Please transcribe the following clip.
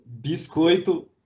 Biscoito